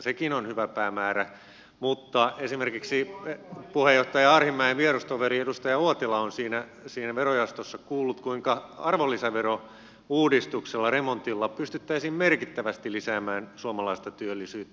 sekin on hyvä päämäärä mutta esimerkiksi puheenjohtaja arhinmäen vierustoveri edustaja uotila on siinä verojaostossa kuullut kuinka arvonlisäverouudistuksella remontilla pystyttäisiin merkittävästi lisäämään suomalaista työllisyyttä